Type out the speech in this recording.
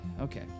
Okay